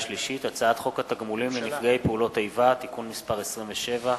שלישית: הצעת חוק התגמולים לנפגעי פעולות איבה (תיקון מס' 27),